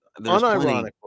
Unironically